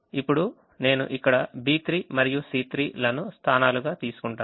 ఇప్పుడు నేను ఇక్కడ B3 మరియు C3 లను స్థానాలుగా తీసుకుంటాను